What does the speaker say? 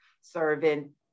serving